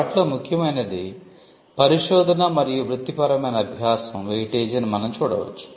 వాటిలో ముఖ్యమైనది 'పరిశోధన మరియు వృత్తిపరమైన అభ్యాసం' వెయిటేజీ అని మనం చూడవచ్చు